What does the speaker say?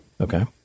Okay